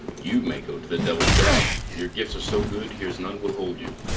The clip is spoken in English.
you may go to the devil's dam your gifts are so good here's none will hold you.